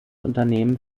unternehmen